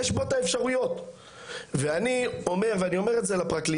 יש בו את האפשרויות ואני אומר ואני אומר את זה לפרקליטה